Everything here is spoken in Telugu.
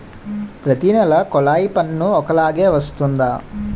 ప్రతి నెల కొల్లాయి పన్ను ఒకలాగే వస్తుందా?